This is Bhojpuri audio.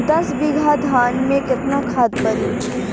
दस बिघा धान मे केतना खाद परी?